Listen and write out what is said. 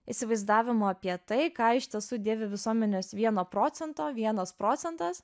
įsivaizdavimo apie tai ką iš tiesų dėvi visuomenės vieno procento vienas procentas